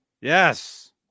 yes